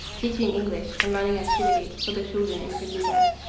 teaching english, and running activities for the children imprisoned there.